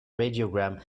radiogram